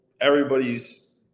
everybody's